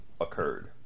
occurred